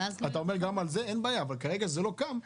אתה אומר גם על זה, אין בעיה, אבל כרגע לא קם.